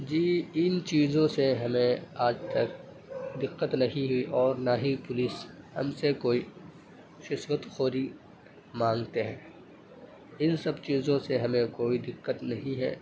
جی ان چیزوں سے ہمیں آج تک دقت نہیں ہوئی اور نہ ہی پولیس ہم سے کوئی رشوت خوری مانگتے ہیں ان سب چیزوں سے ہمیں کوئی دقت نہیں ہے